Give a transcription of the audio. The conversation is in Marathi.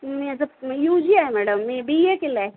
मी अज अ यू जी आहे मॅडम मी बी ए केला आहे